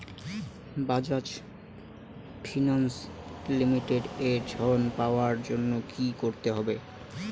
Bajaj finance limited এ ঋন পাওয়ার জন্য কি করতে হবে?